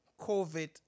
COVID